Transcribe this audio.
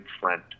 friend